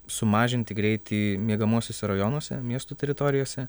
sumažinti greitį miegamuosiuose rajonuose miestų teritorijose